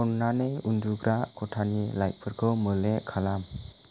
अन्नानै उन्दुग्रा खथानि लाइटफोरखौ मोले खालाम